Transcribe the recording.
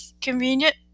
Convenient